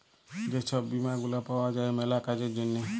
যে ছব বীমা গুলা পাউয়া যায় ম্যালা কাজের জ্যনহে